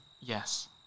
Yes